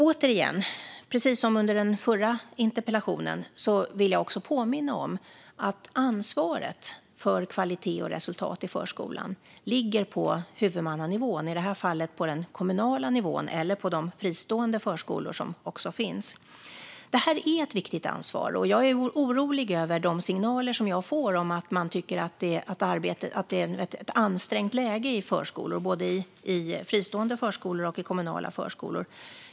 Jag vill också, precis som i den förra interpellationen, påminna om att ansvaret för kvalitet och resultat i förskolan ligger på huvudmannanivån - i detta fall på den kommunala nivån eller på de fristående förskolor som också finns. Det här är ett viktigt ansvar, och jag är orolig över de signaler som jag får om att man tycker att det är ett ansträngt läge i förskolor, både i fristående och i kommunala förskolor.